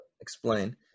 explain